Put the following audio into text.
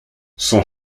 son